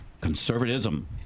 conservatism